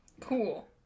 cool